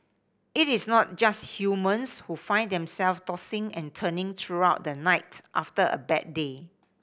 it is not just humans who find themselves tossing and turning throughout the night after a bad day